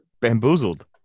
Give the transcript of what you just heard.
bamboozled